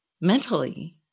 mentally